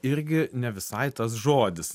irgi ne visai tas žodis